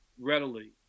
readily